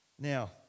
Now